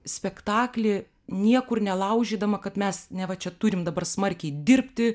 spektaklį niekur nelaužydama kad mes neva čia turim dabar smarkiai dirbti